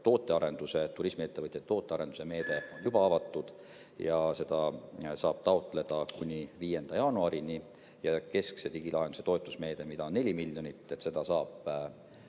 millest turismiettevõtjate tootearenduse meede on juba avatud ja seda saab taotleda kuni 5. jaanuarini, ja kesksete digilahenduste toetusmeede, mida on 4 miljonit, ja mis